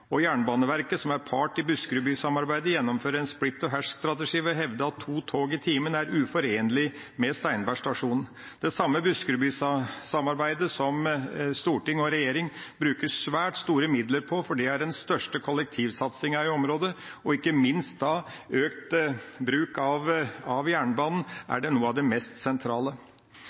tid. Jernbaneverket, som er part i Buskerudbysamarbeidet, gjennomfører en splitt-og-hersk-strategi ved å hevde at to tog i timen er uforenlig med Steinberg stasjon – det samme Buskerudbysamarbeidet som storting og regjering bruker svært store midler på, fordi det er det største kollektivsamarbeidet i området, hvor ikke minst økt bruk av jernbanen er noe av det mest sentrale.